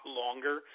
longer